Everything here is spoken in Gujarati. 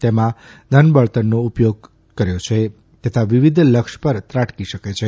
તેમાં ઘન બળતણનો ઉપયોગ કર્યો છે તથા વિવિધ લક્ષ્ય પર ત્રાટકી શકે છે